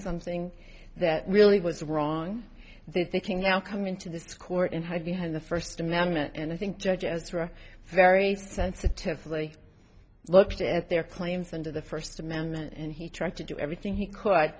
something that really was wrong that they can now come into this court and hide behind the first amendment and i think judges who are very sensitive fully looked at their claims under the first amendment and he tried to do everything he c